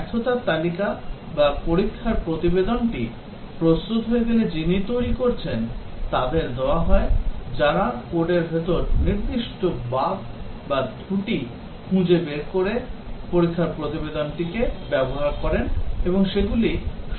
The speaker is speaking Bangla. ব্যর্থতার তালিকা বা পরীক্ষার প্রতিবেদনটি প্রস্তুত হয়ে গেলে এটি যিনি তৈরি করছেন তাদের দেওয়া হয় যারা কোডের ভেতর নির্দিষ্ট বাগ বাত্রুটি খুঁজে বের করতে পরীক্ষার প্রতিবেদনটিকে ব্যবহার করেন এবং সেগুলো সংশোধন করেন